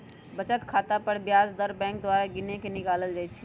बचत खता पर ब्याज दर बैंक द्वारा गिनके निकालल जाइ छइ